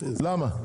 למה?